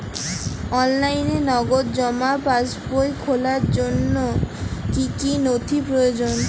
অনলাইনে নগদ জমা পাসবই খোলার জন্য কী কী নথি প্রয়োজন?